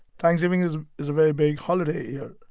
thanksgiving is is very big holiday here.